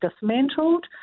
dismantled